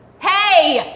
hey!